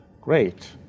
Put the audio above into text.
great